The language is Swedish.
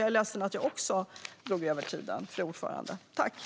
Jag är ledsen att även jag drog över talartiden, fru talman!